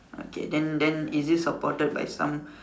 okay then then is it supported by some